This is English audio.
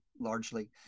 largely